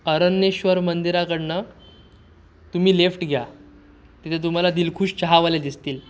अरण्येश्वर मंदिराकडनं तुम्ही लेफ्ट घ्या तिथे तुम्हाला दिलखुश चहावाले दिसतील